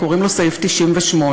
קוראים לו סעיף 98,